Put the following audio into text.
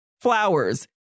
flowers